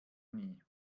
nie